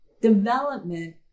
Development